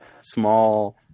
small